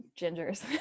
gingers